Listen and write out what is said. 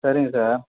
சரிங்க சார்